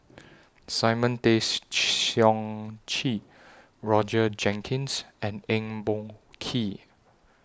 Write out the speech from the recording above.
Simon Tay Seong Chee Roger Jenkins and Eng Boh Kee